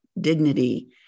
dignity